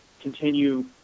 continue